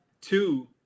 two